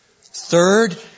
Third